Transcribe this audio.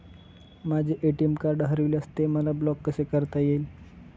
माझे ATM card हरविल्यास ते मला ब्लॉक कसे करता येईल?